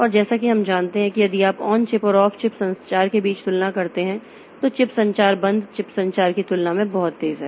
और जैसा कि हम जानते हैं कि यदि आप ऑन चिप और ऑफ चिप संचार के बीच तुलना करते हैं तो चिप संचार बंद चिप संचार की तुलना में बहुत तेज है